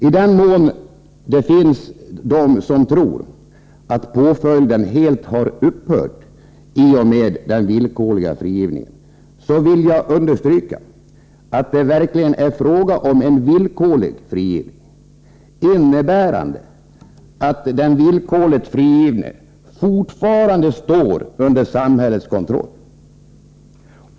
I den mån det finns de som tror att påföljden helt har upphört i och med den villkorliga frigivningeh, vill jag understryka att det verkligen är fråga om en villkorlig frigivning, innebärande att den villkorligt frigivne fortfarande står under samhällets kontroll.